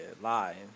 lying